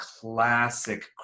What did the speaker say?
classic